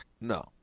No